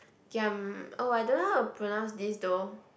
giam oh I don't know how to pronounce this though